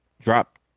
drop